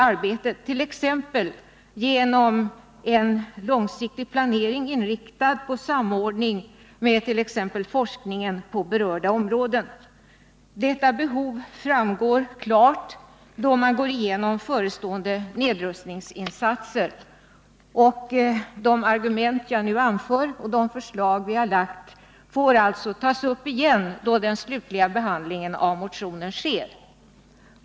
Långsiktig planering av verksamheten inriktad på samordning med t.ex. forskningen på berörda områden vill vi förorda. De ökade resursbehoven framgår klart då man går igenom förestående nedrustningsuppgifter. De förslag som vi har framlagt och motiveringen för dem får åter tas upp igen då den slutliga behandlingen av motionen sker.